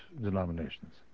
denominations